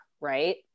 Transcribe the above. right